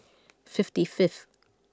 fifty fifth